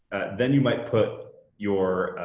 then you might put your